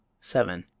seven.